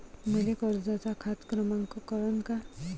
मले कर्जाचा खात क्रमांक कळन का?